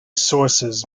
sources